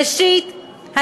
ראשית,